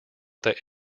that